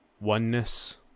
oneness